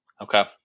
Okay